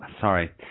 sorry